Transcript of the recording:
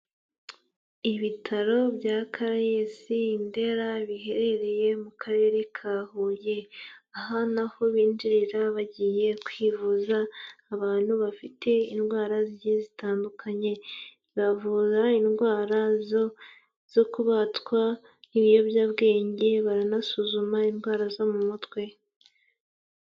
Ibitaro bya Caraes i Ndera biherereye mu karere ka Huye, aha ni aho binjirira bagiye kwivuza, abantu bafite indwara zigiye zitandukanye, bavuza indwara zo kubatwa n'ibiyobyabwenge, baranasuzuma indwara zo mu mutwe.